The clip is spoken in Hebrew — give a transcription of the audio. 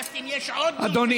חיפשתי אם יש עוד נושא,